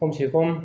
कमसेकम